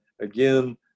again